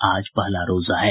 आज पहला रोजा है